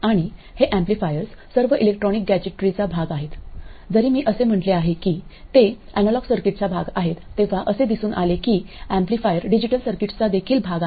आणि हे एम्पलीफायर्स सर्व इलेक्ट्रॉनिक गॅझेट्रीचा भाग आहेत जरी मी असे म्हटले आहे की ते अॅनालॉग सर्किटचा भाग आहेत तेव्हा असे दिसून आले की एम्पलीफायर डिजिटल सर्किट्सचादेखील भाग आहेत